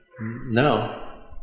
No